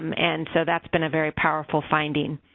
um and so that's been a very powerful finding.